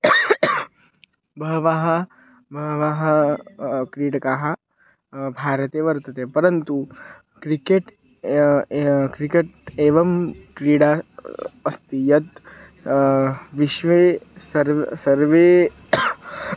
बहवः बहवः क्रीडकाः भारते वर्तते परन्तु क्रिकेट् क्रिकेट् एवं क्रीडा अस्ति यत् विश्वे सर्वे सर्वे